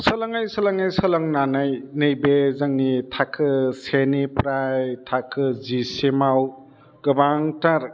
सोलोङै सोलोङै सोलोंनानै नैबे जोंनि थाखो सेनिफ्राय थाखो जि सिमाव गोबांथार